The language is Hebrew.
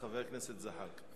לחבר הכנסת זחאלקה.